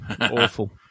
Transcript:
Awful